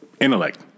intellect